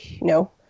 No